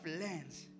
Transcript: lands